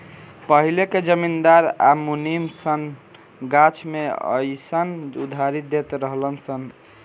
पहिले के जमींदार आ मुनीम सन गाछ मे अयीसन उधारी देत रहलन सन